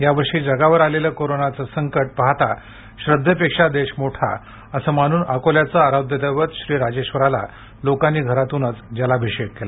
यावर्षी जगावर आलेले कोरोनाचे संकट पाहता श्रद्धेपेक्षा देश मोठा असे मानून अकोल्याचे आराध्य दैवत श्रीराजेश्वराला लोकांनी घरातूनच जलाभिषेक केला